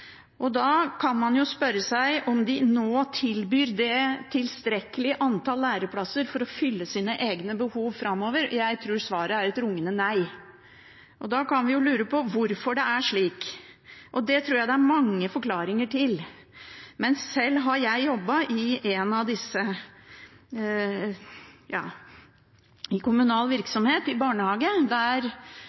Da kan man spørre seg om de nå tilbyr det tilstrekkelige antall læreplasser for å fylle sine egne behov framover. Jeg tror svaret er et rungende nei. Da kan vi lure på hvorfor det er slik. Det tror jeg det er mange forklaringer på. Men jeg har sjøl jobbet i kommunal virksomhet, i barnehage. Der